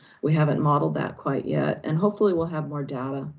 we haven't modeled that quite yet. and hopefully, we'll have more data.